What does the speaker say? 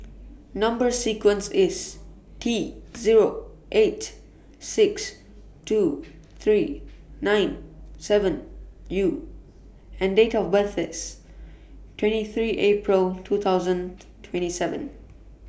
Number sequence IS T Zero eight six two three nine seven U and Date of birth IS twenty three April two thousand twenty seven